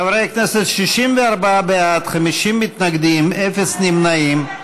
חברי הכנסת, 64 בעד, 50 מתנגדים, אפס נמנעים.